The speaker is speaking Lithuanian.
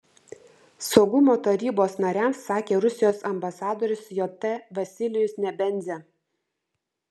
saugumo tarybos nariams sakė rusijos ambasadorius jt vasilijus nebenzia